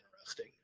interesting